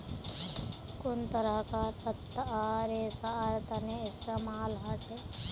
कुन तरहकार पत्ता रेशार तने इस्तेमाल हछेक